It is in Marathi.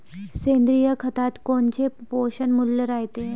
सेंद्रिय खतात कोनचे पोषनमूल्य रायते?